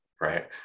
right